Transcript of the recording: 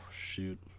shoot